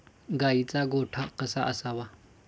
गाईचा गोठा कसा असावा?